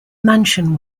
mansion